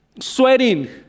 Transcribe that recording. sweating